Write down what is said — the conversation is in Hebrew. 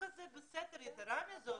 יתרה מזאת,